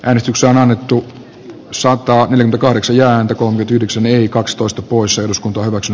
äänestyksen annettu saattaa elinkaudeksi ääntä kun nyt yhdeksän eli kakstoista pois eduskunta hyväksy